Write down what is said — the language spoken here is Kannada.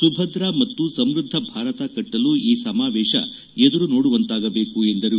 ಸುಭದ್ರ ಮತ್ತು ಸಮೃದ್ಧ ಭಾರತ ಕಟ್ಟಲು ಈ ಸಮಾವೇಶ ಎದುರು ನೋಡುವಂತಾಗಬೇಕು ಎಂದರು